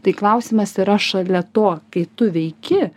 tai klausimas yra šalia to kai tu veiki